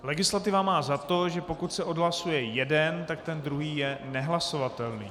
Legislativa má za to, že pokud se odhlasuje jeden, tak ten druhý je nehlasovatelný.